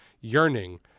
Yearning